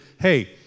hey